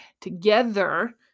together